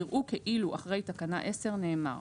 יראו כאילו אחרי תקנה 10 נאמר: